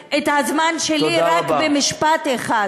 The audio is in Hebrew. אבל בינתיים תן לי לנצל את הזמן שלי רק במשפט אחד.